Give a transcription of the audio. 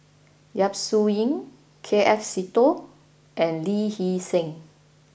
Yap Su Yin K F Seetoh and Lee Hee Seng